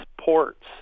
ports